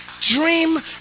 Dream